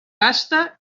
tasta